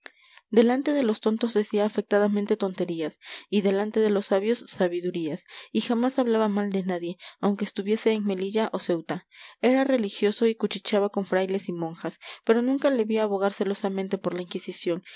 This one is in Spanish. delante de los tontos decía afectadamente tonterías y delante de los sabios sabidurías y jamás hablaba mal de nadie aunque estuviese en melilla o ceuta era religioso y cuchicheaba con frailes y monjas pero nunca le vi abogar celosamente por la inquisición